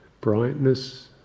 brightness